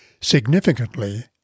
Significantly